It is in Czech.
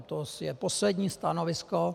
To je poslední stanovisko.